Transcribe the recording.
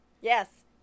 Yes